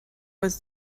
was